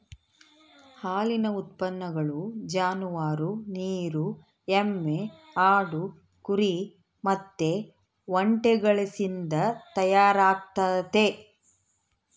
ಹಾಲಿನ ಉತ್ಪನ್ನಗಳು ಜಾನುವಾರು, ನೀರು ಎಮ್ಮೆ, ಆಡು, ಕುರಿ ಮತ್ತೆ ಒಂಟೆಗಳಿಸಿಂದ ತಯಾರಾಗ್ತತೆ